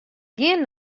gean